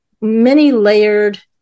many-layered